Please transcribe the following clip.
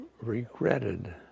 regretted